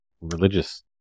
religious